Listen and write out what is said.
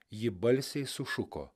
ji balsiai sušuko